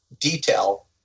detail